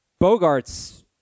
Bogarts